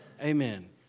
Amen